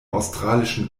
australischen